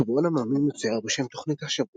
שבועון עממי מצויר בשם "תוכנית השבוע".